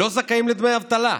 לא זכאים לדמי אבטלה?